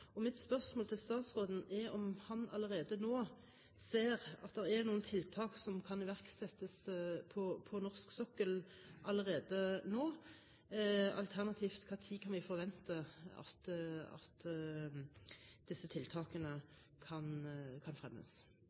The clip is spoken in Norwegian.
USA. Mitt spørsmål til statsråden er om han ser at det er noen tiltak som kan iverksettes på norsk sokkel allerede nå. Alternativt: Når kan vi forvente at disse tiltakene kan fremmes?